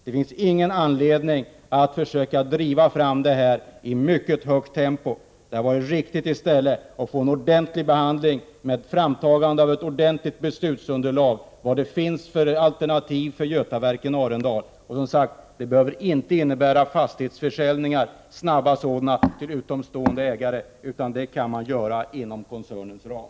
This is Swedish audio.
Det finns ingen anledning att försöka driva fram detta i mycket högt tempo. Det hade i stället varit riktigt att få en ordentlig behandling med framtagande av ordentligt beslutsunderlag med alternativ för Götaverken Arendal. Det behöver inte innebära snabba fastighetsförsäljningar till utomstående ägare, utan det kan man göra inom koncernens ram.